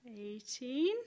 eighteen